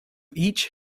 each